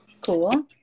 Cool